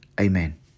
Amen